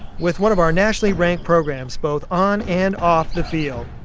with one of our nationally ranked programs both on and off the field.